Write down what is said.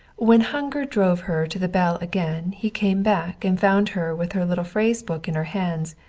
when hunger drove her to the bell again he came back and found her with her little phrase book in her hands,